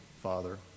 father